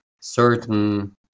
certain